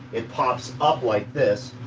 it pops up like this.